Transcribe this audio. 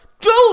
dude